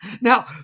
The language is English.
Now